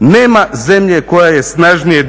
Nema zemlje koja je snažnije